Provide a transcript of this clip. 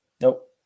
Nope